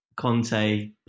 Conte